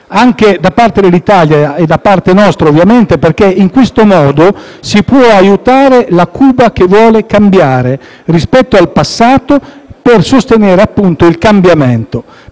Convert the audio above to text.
anche da parte dell'Italia - e da parte nostra, ovviamente - perché in questo modo si può aiutare la Cuba che vuole cambiare rispetto al passato per sostenere, per l'appunto, il cambiamento.